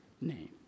name